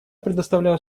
предоставляю